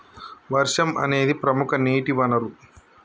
వర్షం అనేదిప్రముఖ నీటి వనరు